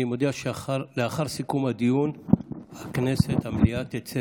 אני מודיע שלאחר סיכום הדיון המליאה תצא